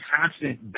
constant